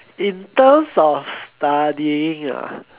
in terms of studying ah